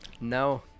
no